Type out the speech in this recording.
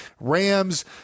Rams